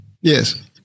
Yes